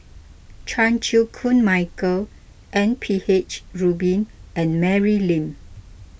Chan Chew Koon Michael M P H Rubin and Mary Lim